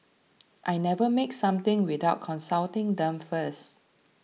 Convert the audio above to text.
I never make something without consulting them first